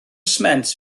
sment